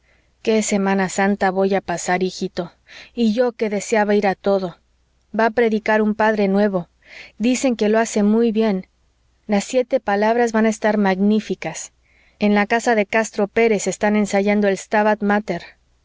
santa qué semana santa voy a pasar hijito y yo que deseaba ir a todo va a predicar un padre nuevo dicen que lo hace muy bien las siete palabras van a estar magníficas en la casa de castro pérez están ensayando el stabat mater